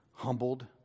Humbled